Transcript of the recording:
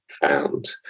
found